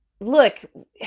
look